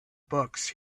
books